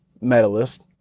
medalist